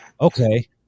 okay